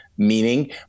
meaning